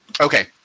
Okay